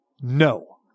No